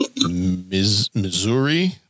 Missouri